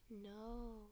no